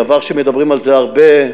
דבר שמדברים עליו הרבה,